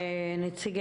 תודה.